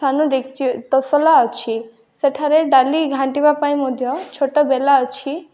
ସାନ ଡେକଚି ତସଲା ଅଛି ସେଠାରେ ଡାଲି ଘାଣ୍ଟିବା ପାଇଁ ମଧ୍ୟ ଛୋଟ ବେଲା ଅଛି